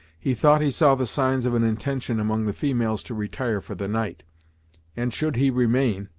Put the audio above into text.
he thought he saw the signs of an intention among the females to retire for the night and should he remain,